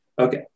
Okay